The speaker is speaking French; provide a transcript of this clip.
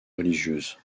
religieuses